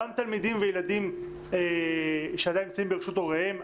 גם תלמידים וילדים שעדיין נמצאים ברשות הוריהם,